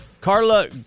Carla